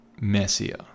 messier